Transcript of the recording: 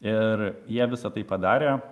ir jie visa tai padarė